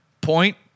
Point